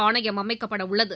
ஆணையம் அமைக்கப்பட உள்ளது